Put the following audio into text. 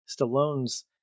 Stallone's